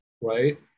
right